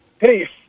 Hey